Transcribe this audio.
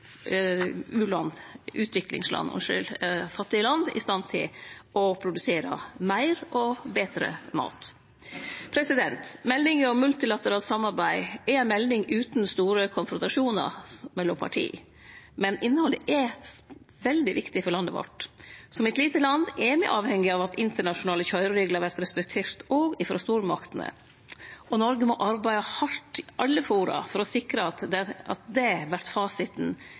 fattige land i stand til å produsere meir og betre mat. Meldinga om multilateralt samarbeid er ei melding utan store konfrontasjonar mellom parti, men innhaldet er veldig viktig for landet vårt. Som eit lite land er me avhengige av at internasjonale køyrereglar vert respekterte òg av stormaktene, og Noreg må arbeide hardt i alle forum for å sikre at det vert fasiten i det